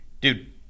Dude